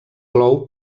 clou